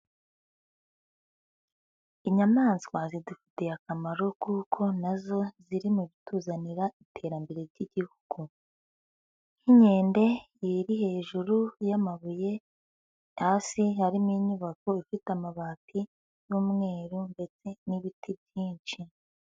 Inyamaswa zidufitiye akamaro kuko nazo ziri mu bituzanira iterambere ry'igihugu, nk'inkende iri hejuru y'amabuye, hasi harimo inyubako ifite amabati y'umweru ndetse n'ibiti byinshi.